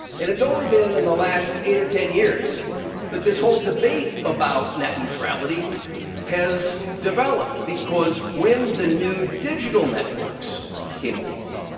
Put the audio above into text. and it's only been in the last eight or ten years that this whole debate about net neutrality has developed, because when the new digital networks came along,